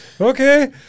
okay